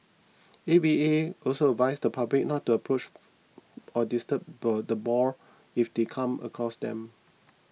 A V A also advised the public not to approach or disturb the boar if they come across them